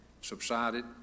subsided